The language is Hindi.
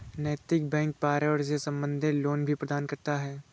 नैतिक बैंक पर्यावरण से संबंधित लोन भी प्रदान करता है